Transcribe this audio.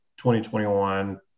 2021